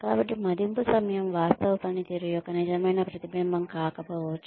కాబట్టి మదింపు సమయం వాస్తవ పనితీరు యొక్క నిజమైన ప్రతిబింబం కాకపోవచ్చు